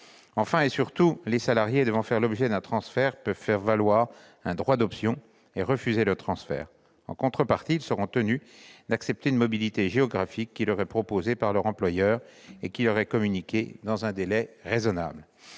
Enfin et surtout, les salariés devant faire l'objet d'un transfert peuvent faire valoir un droit d'option et refuser le transfert. En contrepartie, ils seront tenus d'accepter une mobilité géographique proposée par leur employeur, cette proposition devant leur être communiquée dans un délai raisonnable.